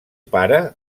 pare